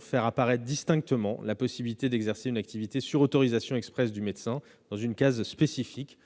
faire apparaître distinctement la possibilité d'exercer une activité sur autorisation expresse du médecin dans une case spécifique,